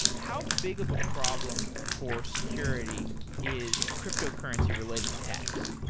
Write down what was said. how big of a problem for security is cryptocurrency related attacks?